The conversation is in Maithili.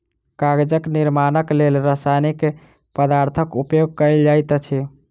कागजक निर्माणक लेल रासायनिक पदार्थक उपयोग कयल जाइत अछि